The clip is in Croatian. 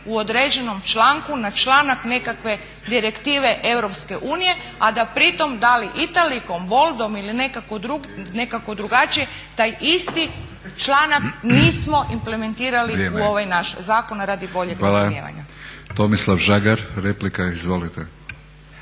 u određenom članku na članak nekakve direktive EU a da pritom da li italicom, boldom ili nekako drugačije taj isti članak nismo implementirali u ovaj naš zakon radi boljeg razumijevanja. **Batinić, Milorad (HNS)** Hvala. Tomislav Žagar, replika. Izvolite.